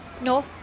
No